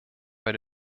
bei